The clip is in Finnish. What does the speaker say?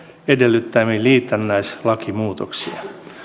edellyttämiin liitännäislakimuutoksiin